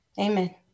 Amen